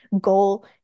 goal